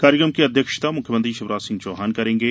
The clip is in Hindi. कार्यक्षम की अध्यक्षता मुख्यमंत्री शिवराज सिंह चौहान करेंगे